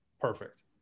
perfect